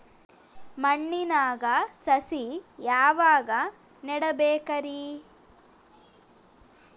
ಮಣ್ಣಿನಾಗ ಸಸಿ ಯಾವಾಗ ನೆಡಬೇಕರಿ?